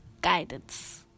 guidance